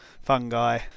Fungi